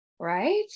right